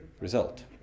result